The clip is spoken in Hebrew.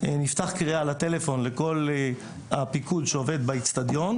נפתחת קריאה לטלפון לכל הפיקוד שעובד באצטדיון,